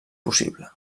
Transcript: possible